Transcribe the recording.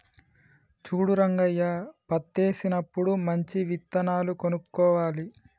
చూడు రంగయ్య పత్తేసినప్పుడు మంచి విత్తనాలు కొనుక్కోవాలి